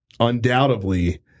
Undoubtedly